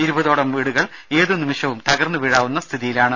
ഇരുപതോളം വീടുകൾ എതുനിമിഷവും തകർന്ന് വീഴാവുന്ന സ്ഥിതിയിലാണ്